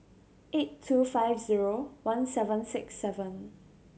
eight two five zero one seven six seven